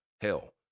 Hell